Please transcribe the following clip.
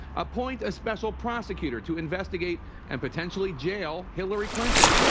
appoint a special prosecutor to investigate and potentially jail hillary clinton,